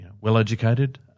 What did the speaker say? well-educated